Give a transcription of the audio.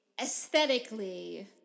aesthetically